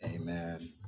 amen